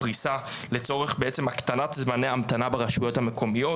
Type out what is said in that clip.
הפריסה לצורך בעצם הגבלת זמני ההמתנה ברשויות המקומיות.